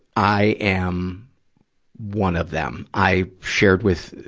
i am one of them. i shared with,